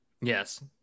Yes